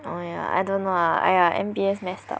oh yeah I don't know lah !aiya! M_B_S messed up